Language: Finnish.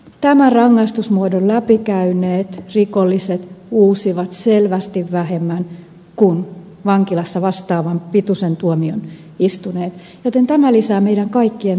tämän rangaistusmuodon läpi käyneet rikolliset uusivat selvästi vähemmän kuin vankilassa vastaavan pituisen tuomion istuneet joten tämä lisää meidän kaikkien turvallisuutta